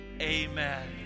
Amen